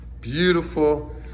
beautiful